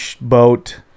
boat